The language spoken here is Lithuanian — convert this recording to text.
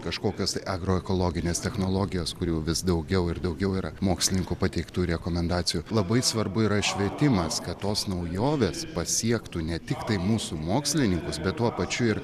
kažkokios tai agroekologinės technologijos kurių vis daugiau ir daugiau yra mokslininkų pateiktų rekomendacijų labai svarbu yra švietimas kad tos naujovės pasiektų ne tiktai mūsų mokslininkus bet tuo pačiu ir